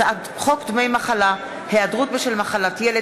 הצעת חוק דמי מחלה (היעדרות בשל מחלת ילד)